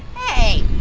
hey,